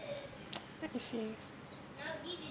let me see